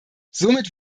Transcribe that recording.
somit